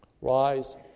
rise